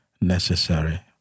necessary